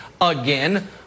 again